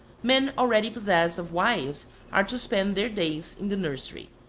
men already possessed of wives are to spend their days in the nursery.